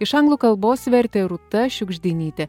iš anglų kalbos vertė rūta šiugždinytė